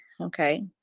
Okay